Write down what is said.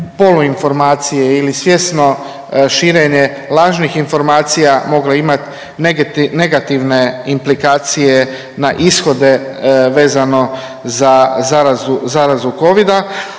polu informacije ili svjesno širenje lažnih informacija mogle imati negativne implikacije na ishode vezano za zarazu covida.